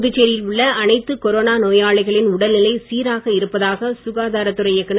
புதுச்சேரியில் உள்ள அனைத்து கொரோனா நோயாளிகளின் உடல் நிலை சீராக இருப்பதாக சுகாதாரத் துறை இயக்குனர்